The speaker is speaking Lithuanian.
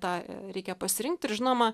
tą reikia pasirinkti ir žinoma